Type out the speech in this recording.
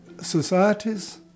Societies